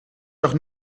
doch